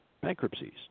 bankruptcies